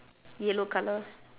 yellow colour